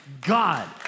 God